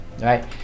right